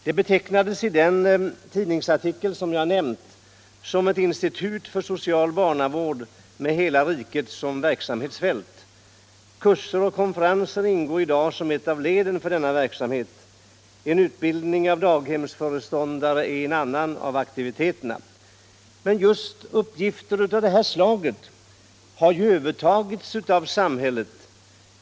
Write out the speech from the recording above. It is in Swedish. Det betecknades i den tidningsartikel jag nämnt som ett institut för social barnavård med hela riket som verksamhetsfält. Kurser och konferenser ingår i dag som ett av leden i denna verksamhet. En utbildning av daghemsföreståndare är en annan av aktiviteterna. Men just uppgifter av det här slaget har övertagits av samhället.